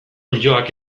onddoak